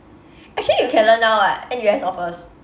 actually you can learn now [what] N_U_S offers